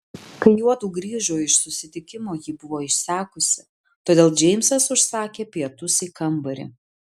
kai juodu grįžo iš susitikimo ji buvo išsekusi todėl džeimsas užsakė pietus į kambarį